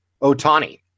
Otani